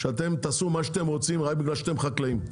שאתם תעשו מה שאתם רוצים רק בגלל שאתם חקלאים.